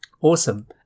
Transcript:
Awesome